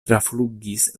traflugis